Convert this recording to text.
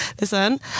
listen